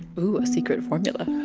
ooh, a secret formula.